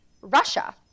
Russia